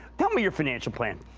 tell me your financial plan.